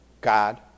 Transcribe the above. God